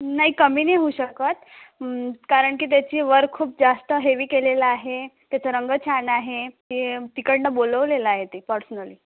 नाही कमी नाही होऊ शकत कारण की त्याची वर्क खूप जास्त हेवी केलेलं आहे त्याचं रंग छान आहे ते तिकडनं बोलवलेलं आहे ते पर्सनली